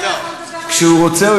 כשהוא רוצה, עכשיו.